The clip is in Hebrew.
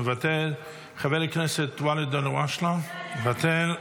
מוותר, חבר הכנסת ואליד אלהואשלה, מוותר,